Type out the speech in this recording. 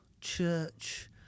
church